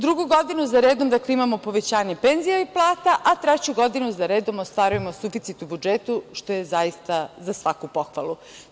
Drugu godinu zaredom imamo povećanje penzija i plata, a treću godinu zaredom ostvarujemo suficit u budžetu, što je zaista za svaku pohvalu.